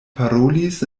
parolis